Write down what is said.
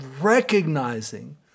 recognizing